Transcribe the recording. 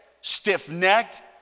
Stiff-necked